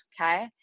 okay